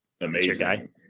amazing